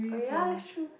oh yeah that's true